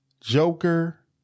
Joker